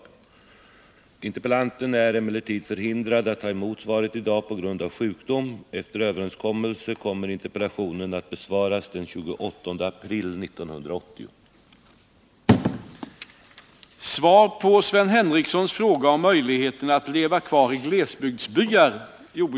Interpellanten är emellertid förhindrad att ta emot svaret i dag på grund av sjukdom. Efter överenskommelse kommer interpellationen att besvaras den 28 april 1980. att leva kvar i glesbygdsbyar